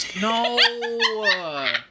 no